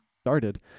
started